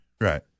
Right